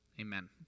Amen